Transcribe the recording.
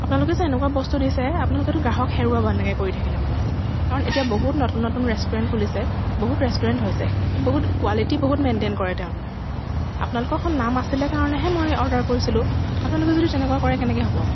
আপোনালোকে যে এনেকুৱা বস্তু দিছে আপোনালোকেতো গ্ৰাহক হেৰুওৱাব এনেকৈ কৰি থাকিলে মানে কাৰণ এতিয়া বহুত নতুন নতুন ৰেষ্টুৰেণ্ট খুলিছে বহুত ৰেষ্টুৰেণ্ট হৈছে তাত বহুত কোৱালিটি বহুত মেইনটেইন কৰে তেওঁলোকে আপোনালোকৰখন নাম আছিলে কাৰণেহে মই অৰ্ডাৰ কৰিছিলোঁ আপোনালোকে যদি তেনেকুৱা কৰে কেনেকৈ হ'ব